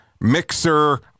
Mixer